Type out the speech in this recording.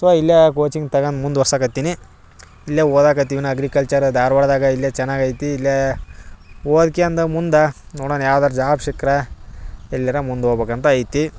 so ಇಲ್ಲೇ coaching ತಕಂಡ್ ಮುಂದ್ವರ್ಸಕ್ಕೆ ಹತ್ತಿನಿ ಇಲ್ಲೇ ಓದಕ್ಕೆ ಹತ್ತಿವ್ ನ ಅಗ್ರಿಕಲ್ಚರ್ ಧಾರ್ವಾಡ್ದಾಗ ಇಲ್ಲೇ ಚೆನ್ನಾಗಿ ಐತಿ ಇಲ್ಲೇ ಓಕೆ ಅಂದ ಮುಂದೆ ನೋಡೋಣ ಯಾವ್ದಾರು ಜಾಬ್ ಸಿಕ್ಕರೆ ಇಲ್ಲೆರ ಮುಂದೆ ಹೋಗ್ಬೇಕ್ ಅಂತ ಐತಿ